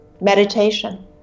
Meditation